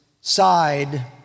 side